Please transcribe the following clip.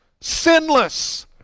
Sinless